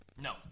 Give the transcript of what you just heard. No